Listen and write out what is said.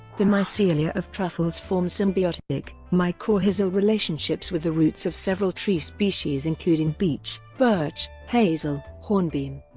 the mycelia of truffles form symbiotic, mycorrhizal relationships with the roots of several tree species including beech, birch, hazel, hornbeam,